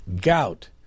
gout